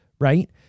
right